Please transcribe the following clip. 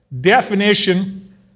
definition